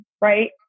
right